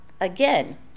again